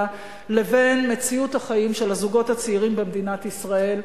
לבין מציאות החיים של הזוגות הצעירים במדינת ישראל.